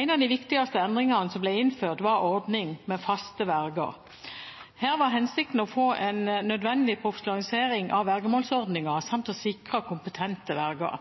En av de viktigste endringene som ble innført, var ordningen med faste verger. Her var hensikten å få en nødvendig profesjonalisering av vergemålsordningen samt å sikre kompetente verger.